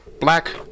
Black